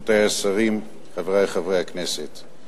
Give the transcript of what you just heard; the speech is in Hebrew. אנחנו עוברים להצעת החוק האחרונה המונחת על סדר-יומה של הכנסת היום,